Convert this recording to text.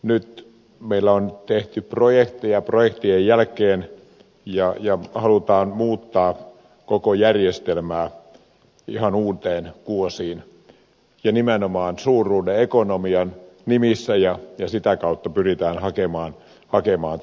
nyt meillä on tehty projekteja projektien jälkeen ja halutaan muuttaa koko järjestelmää ihan uuteen kuosiin ja nimenomaan suuruuden ekonomian nimissä ja sitä kautta pyritään hakemaan tehokkuutta